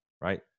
right